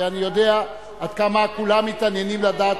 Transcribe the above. ואני יודע עד כמה כולם מתעניינים לדעת,